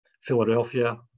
Philadelphia